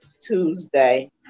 Tuesday